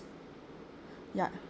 ya